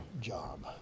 job